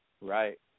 right